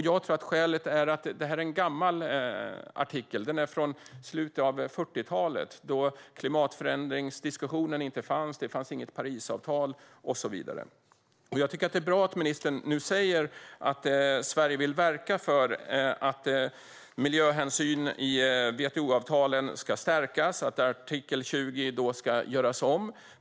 Jag tror att skälet är att det är en gammal artikel. Den är från slutet av 40-talet. Då fanns inte klimatförändringsdiskussionen. Det fanns inget Parisavtal och så vidare. Jag tycker att det är bra att ministern nu säger att Sverige vill verka för att miljöhänsyn i WTO-avtalen ska stärkas och att artikel 20 ska göras om.